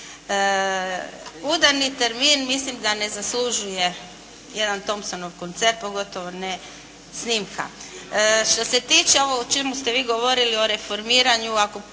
Udarni termin mislim da ne zaslužuje jedan Thompsonov koncert, pogotovo snimka. Što se tiče ovo o čemu ste vi govorili o reformiranju